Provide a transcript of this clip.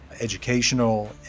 educational